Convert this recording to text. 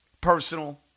personal